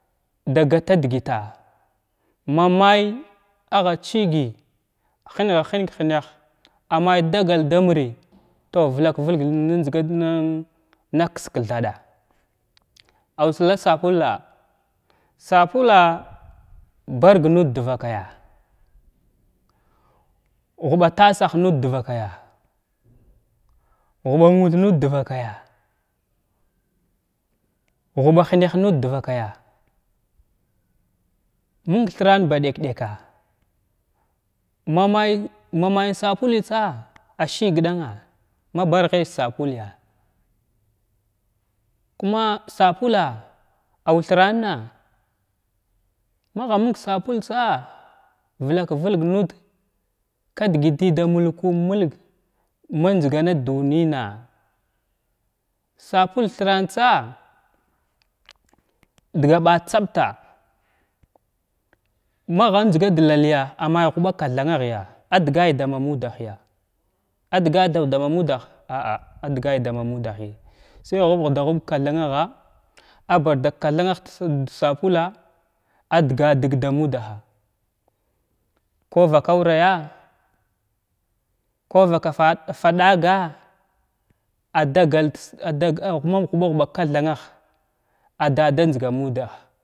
Da gata dəgəta ma may agha chigəy həngha həng hənah mnay dagal dami tow vlak vəlg naajzgan nim aksa kthaɗa aw thira sapolla sapolla barg nuda dvakaya, ghiɓa tasah nud dvakaya, ghuɓa mut nuda dvakaya, guɓa həhnah nuda dvakaya, guɓa həhnah nuda dvakaya məmg thram ba ɗyak-ɗyaka ma may ma may sapoləy tsa ashig ɗanga ma barghay da sapolya kuma sapola aw thiranna magha məng da sapoltsa vlak vəlg nud ka dəgəti da mulku mulg manjzgan dunina sapol thrantsa daga ba ysaɓta agha njzga da laləya amay guɓa kathan-naghya adgay da ma mudahya adgay dav da ma mudaha’a adagay dama mudahi say ghuɓ da ghuɓ kathana la, abada kathanah da sopola adgay did damudaha ka vaka awraya, ko vaka fadaga adagal das maghuɓa huɓa kathanah addada njzga muda.